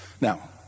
now